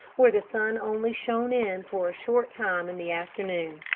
where the sun only shone in for a short time in the afternoon.